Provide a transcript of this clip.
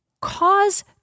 cause